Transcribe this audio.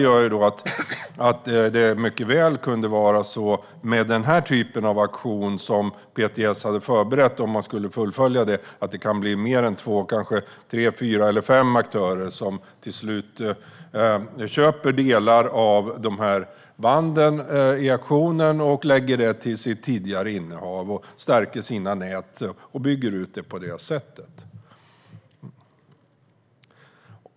Om PTS skulle fullfölja den auktion som man hade förberett skulle det kunna bli fler än två, kanske tre, fyra eller fem, som till slut köper delar av de här banden på auktionen och lägger dem till sitt tidigare innehav och på det sättet stärker och bygger ut sina nät.